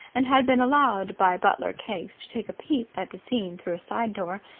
and had been allowed by butler keggs to take a peep at the scene through a side-door,